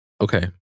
Okay